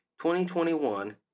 2021